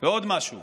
ועוד משהו.